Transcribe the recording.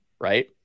right